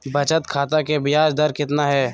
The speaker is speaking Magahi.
बचत खाता के बियाज दर कितना है?